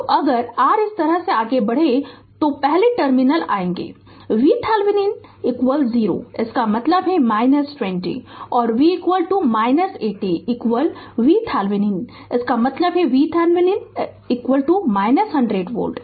तो अगर r इस तरह से आगे बढ़ रहे हैं तो पहले टर्मिनल आयेगे VThevenin 0 इसका मतलब है कि 20 और V 80 VThevenin इसका मतलब है VThevenin 100 वोल्ट